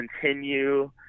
continue